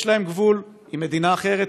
יש להם גבול עם מדינה אחרת,